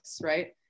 right